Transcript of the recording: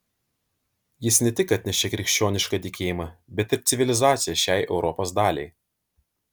jis ne tik atnešė krikščionišką tikėjimą bet ir civilizaciją šiai europos daliai